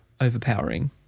overpowering